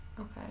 Okay